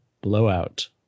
blowout